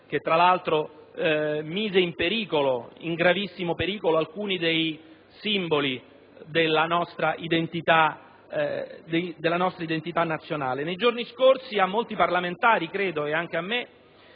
che, tra l'altro, mise in gravissimo pericolo alcuni dei simboli della nostra identità nazionale. Nei giorni scorsi a molti parlamentari è pervenuta una